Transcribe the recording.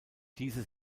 diese